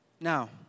Now